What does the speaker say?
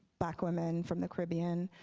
black women from the caribbean.